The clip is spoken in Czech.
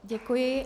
Děkuji.